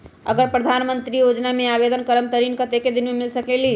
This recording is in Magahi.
अगर प्रधानमंत्री योजना में आवेदन करम त ऋण कतेक दिन मे मिल सकेली?